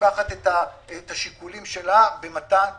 לוקחת את השיקולים שלה במתן אשראי,